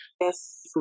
yes